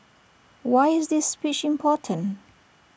why is this speech important